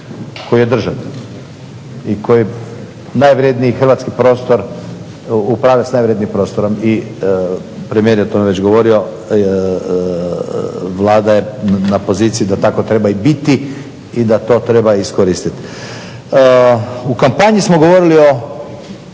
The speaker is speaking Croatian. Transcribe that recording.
koji je državni i koji je najvredniji hrvatski prostor, upravlja s najvrednijim prostorom. I premijer je već o tome govorio. Vlada je na poziciji da tako i treba biti i da to treba iskoristiti. U kampanji smo govorili o